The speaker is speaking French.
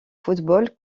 football